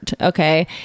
Okay